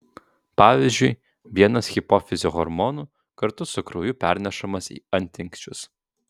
pavyzdžiui vienas hipofizio hormonų kartu su krauju pernešamas į antinksčius